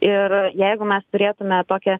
ir jeigu mes turėtume tokią